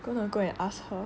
cause I will go and ask her